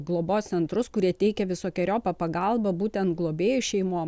globos centrus kurie teikia visokeriopą pagalbą būtent globėjų šeimom